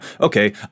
okay